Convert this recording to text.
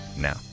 now